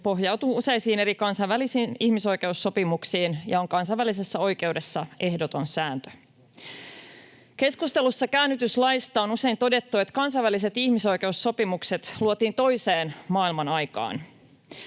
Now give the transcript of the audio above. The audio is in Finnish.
pohjautuu useisiin eri kansainvälisiin ihmisoikeussopimuksiin ja on kansainvälisessä oikeudessa ehdoton sääntö. Keskustelussa käännytyslaista on usein todettu, että kansainväliset ihmisoikeussopimukset luotiin toiseen maailmanaikaan.